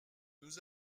nous